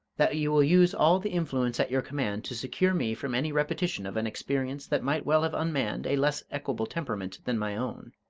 that you will use all the influence at your command to secure me from any repetition of an experience that might well have unmanned a less equable temperament than my own.